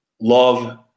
love